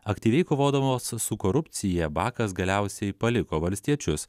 aktyviai kovodamos su korupcija bakas galiausiai paliko valstiečius